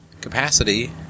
capacity